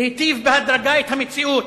להטיב בהדרגה את המציאות?